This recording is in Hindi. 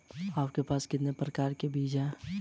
आपके पास कितने प्रकार के बीज हैं?